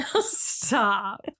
stop